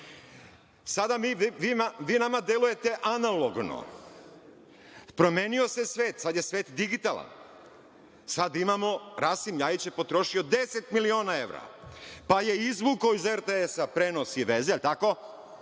sada vi nama delujete analogno. Promenio se svet, sada je svet digitalan. Sada imamo da je Rasim LJajić potrošio 10 miliona evra, pa je izvukao iz RTS-a prenos i veze, jel tako?